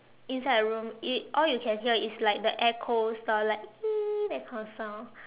inside the room it all you can hear is like the the air cool sound like that kind of sound